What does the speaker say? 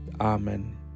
Amen